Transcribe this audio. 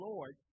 Lord